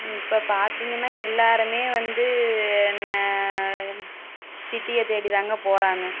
இப்போ பார்த்திங்கன்னா எல்லோருமே வந்து என்ன சிட்டியை தேடி தாங்க போகிறாங்க